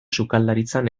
sukaldaritzan